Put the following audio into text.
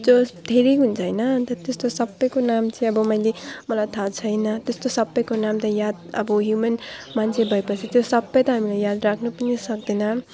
जो होस् धेरै हुन्छ होइन अन्त त्यस्तो सबैको नाम चाहिँ अब मैले मलाई थाहा छैन त्यस्तो सबैको नाम त याद अब ह्युमन मान्छे भएपछि त्यो सबै त हामीले याद राख्नु पनि सक्दैनँ